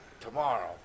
tomorrow